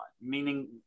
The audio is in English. meaning